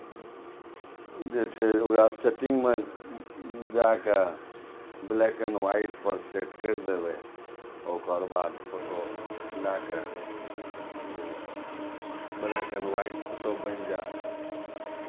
जे छै ओकरा सेटिंगमे जा कऽ ब्लैक एन्ड ह्वाइटपर सेट करि देबै ओकर बाद फोटो लए कऽ ओ ब्लैक एन्ड ह्वाइट फोटो बनि जायत